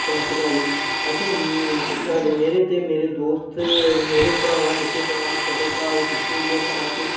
जि'यां छुपना छपाई ते मेरे दोस्त मेरे भ्राऽ निक्के भ्राऽ बड्डे भ्राऽ किट्ठे होइयै घरै च